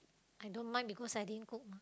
I don't mind because I didn't cook